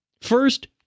First